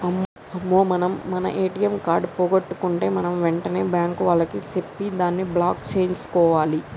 అమ్మో మనం మన ఏటీఎం కార్డు పోగొట్టుకుంటే వెంటనే బ్యాంకు వాళ్లకి చెప్పి దాన్ని బ్లాక్ సేయించుకోవాలి